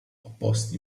opposti